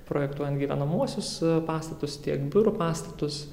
projektuojant gyvenamuosius pastatus tiek biurų pastatus